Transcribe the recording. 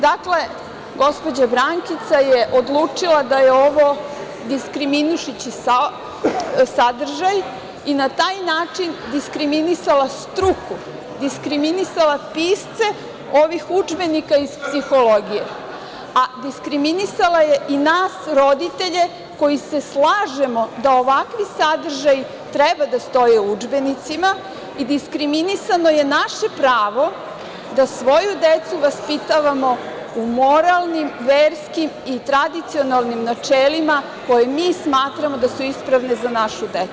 Dakle, gospođa Brankica je odlučila da je ovo diskriminišući sadržaj i na taj način diskriminisala struku, diskriminisala pisce ovih udžbenika iz psihologije, a diskriminisala je i nas roditelje koji se slažemo da ovakvi sadržaji treba da stoje u udžbenicima i diskriminisano je naše pravo da svoju decu vaspitavamo u moralnim, verskim i tradicionalnim načelima koje mi smatramo da su ispravni za našu decu.